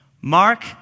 Mark